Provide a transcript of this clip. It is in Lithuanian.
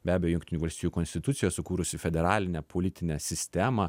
be abejo jungtinių valstijų konstitucija sukūrusi federalinę politinę sistemą